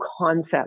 concept